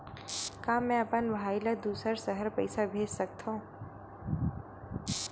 का मैं अपन भाई ल दुसर शहर पईसा भेज सकथव?